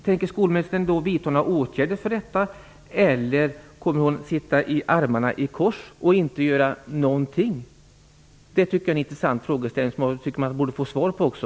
Tänker skolministern i så fall vidta några åtgärder? Eller kommer hon att sitta med armarna i kors och inte göra någonting? Det är intressanta frågor som man borde få svar på.